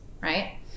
Right